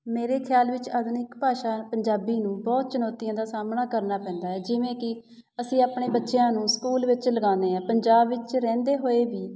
ਮੇਰੇ ਖਿਆਲ ਵਿੱਚ ਆਧੁਨਿਕ ਭਾਸ਼ਾ ਪੰਜਾਬੀ ਨੂੰ ਬਹੁਤ ਚੁਣੌਤੀਆਂ ਦਾ ਸਾਹਮਣਾ ਕਰਨਾ ਪੈਂਦਾ ਹੈ ਜਿਵੇਂ ਕਿ ਅਸੀਂ ਆਪਣੇ ਬੱਚਿਆਂ ਨੂੰ ਸਕੂਲ ਵਿੱਚ ਲਗਾਉਂਦੇ ਹਾਂ ਪੰਜਾਬ ਵਿੱਚ ਰਹਿੰਦੇ ਹੋਏ ਵੀ